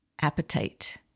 appetite